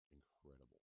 incredible